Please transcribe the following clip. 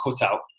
cutout